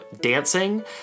dancing